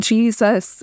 Jesus